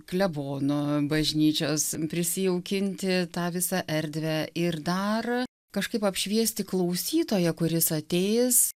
klebonu bažnyčios prisijaukinti tą visą erdvę ir dar kažkaip apšviesti klausytoją kuris ateis